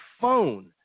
phone